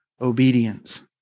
obedience